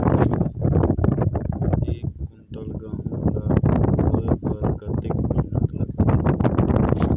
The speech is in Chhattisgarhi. एक कुंटल गहूं ला ढोए बर कतेक मेहनत लगथे?